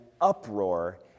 uproar